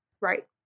Right